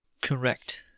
correct